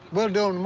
we'll do and